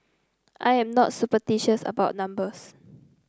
I am not superstitious about numbers